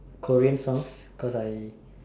Korean songs cause I